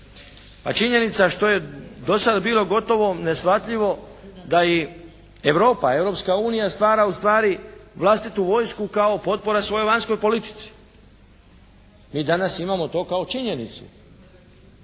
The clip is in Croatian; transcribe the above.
A činjenica što je do sada bilo gotovo neshvatljivo da i Europa, Europska unija stvara u stvari vlastitu vojsku kao potpora svojoj vanjskoj politici. Mi danas imamo to kao činjenicu.